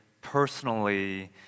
personally